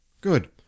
Good